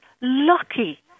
lucky